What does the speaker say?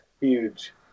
Huge